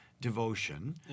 devotion